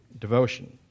devotion